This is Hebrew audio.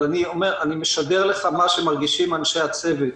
אני משדר לך מה מרגישים אנשי הצוות